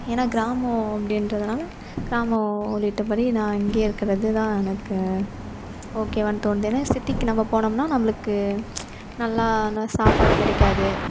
ஏன்னா கிராமம் அப்டீன்றதுனால கிராமம் உள்ளிட்டப்படி நான் இங்கேயே இருக்கிறது தான் எனக்கு ஓகேவானு தோணுது ஏன்னா சிட்டிக்கு நம்ம போனோம்னா நம்மளுக்கு நல்லா நல்ல சாப்பாடு கிடைக்காது